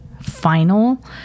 final